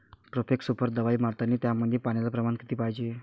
Profex super दवाई मारतानी त्यामंदी पान्याचं प्रमाण किती पायजे?